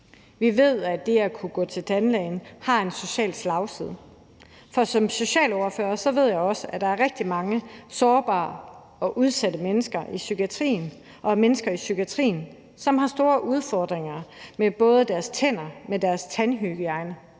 Vi ved, at det at kunne gå til tandlægen har en social slagside, og som socialordfører ved jeg også, at der er rigtig mange sårbare og udsatte mennesker i psykiatrien, som har store udfordringer med både deres tænder, deres tandhygiejne